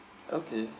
okay